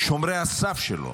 שומרי הסף שלו,